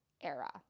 era